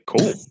cool